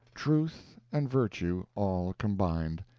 truth and virtue all combined!